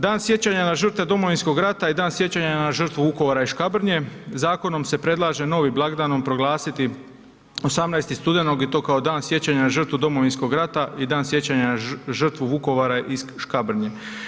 Dan sjećanja na žrtve Domovinskog rata i Dan sjećanja na žrtvu Vukovara i Škabrnje, zakonom se predlaže novim blagdanom proglasiti 18. studenog i to kao Dan sjećanja na žrtvu Domovinskog rata i Dan sjećanja na žrtvu Vukovara i Škabrnje.